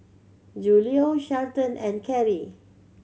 Julio Shelton and Carey